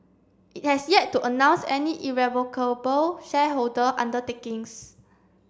it has yet to announce any irrevocable shareholder undertakings